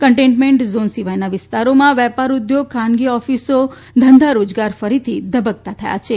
containment zone સિવાયના વિસ્તારોમાં વેપાર ઊદ્યોગ ખાનગી ઓફિસો ધંધા રોજગાર ફરીથી ધબકતા થવા લાગ્યા છે